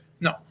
No